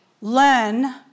learn